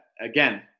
again